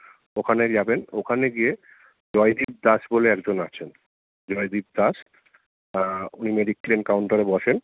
ওখানে যাবেন ওখানে গিয়ে জয়দ্বীপ দাস বলে একজন আছেন জয়দ্বীপ দাস উনি মেডিক্লেম কাউন্টারে বসেন